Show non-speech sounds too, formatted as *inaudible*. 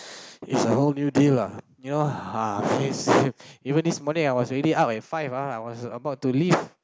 *breath* it's a whole new deal lah you know hafiz even this morning I was already out at five uh I was about to leave